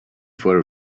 for